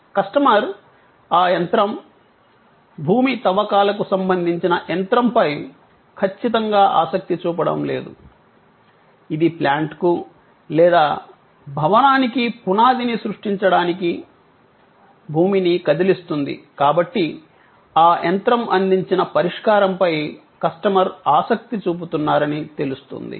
customer ఆ యంత్రం భూమి తవ్వకాలకు సంబంధించిన యంత్రంపై ఖచ్చితంగా ఆసక్తి చూపడం లేదు ఇది ప్లాంట్ కు లేదా భవనానికి పునాదిని సృష్టించడానికి భూమిని కదిలిస్తుంది కాబట్టి ఆ యంత్రం అందించిన పరిష్కారంపై కస్టమర్ ఆసక్తి చూపుతున్నారని తెలుస్తుంది